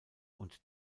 und